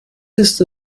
ist